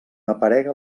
aparega